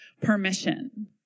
permission